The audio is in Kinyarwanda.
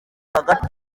hagati